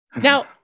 now